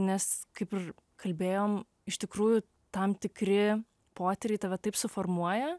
nes kaip ir kalbėjom iš tikrųjų tam tikri potyriai tave taip suformuoja